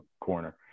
corner